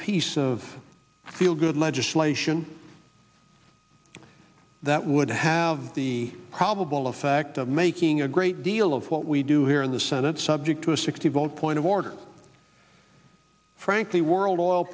piece of feel good legislation that would have the probable effect of making a great deal of what we do here in the senate subject to a sixty vote point of order frankly world oil